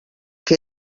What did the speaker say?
que